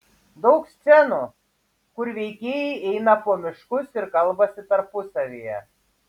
daug scenų kur veikėjai eina po miškus ir kalbasi tarpusavyje